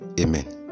Amen